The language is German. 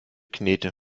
knete